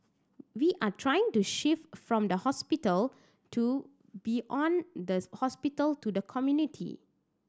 we are trying to shift from the hospital to does hospital to the community